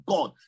God